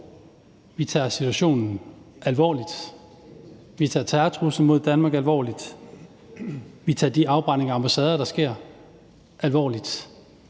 Vi tager situationen alvorligt; vi tager terrortruslen mod Danmark alvorligt; vi tager de afbrændinger af ambassader, der sker, alvorligt;